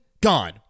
gone